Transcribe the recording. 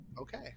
Okay